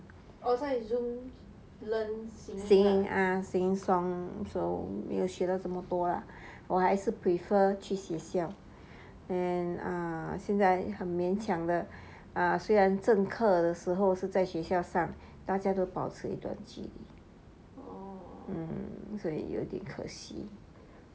singing ah singing song 所以没有学到这么多 lah 我还是 prefer 去学校 and err 现在很勉强的虽然正课的时候是在学校上大家都保持一段距离 mm 所以有点可惜